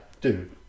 Dude